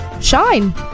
shine